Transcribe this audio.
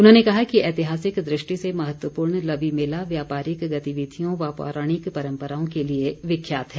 उन्होंने कहा कि ऐतिहासिक दृष्टि से महत्वपूर्ण लवी मेला व्यापारिक गतिविधियों व पौराणिक परम्पराओं के लिए विख्यात है